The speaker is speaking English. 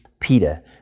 Peter